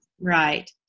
Right